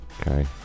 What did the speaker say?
Okay